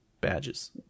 badges